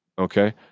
Okay